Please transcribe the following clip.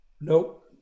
Nope